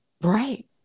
right